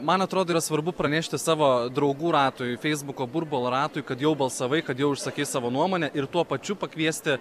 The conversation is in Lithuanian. man atrodo yra svarbu pranešti savo draugų ratui feisbuko burbulo ratui kad jau balsavai kad jau išsakei savo nuomonę ir tuo pačiu pakviesti